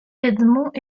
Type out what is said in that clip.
edmond